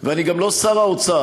ואני גם לא שר האוצר.